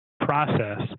process